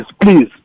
please